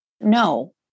no